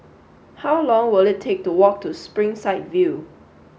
how long will it take to walk to Springside View